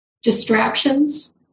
Distractions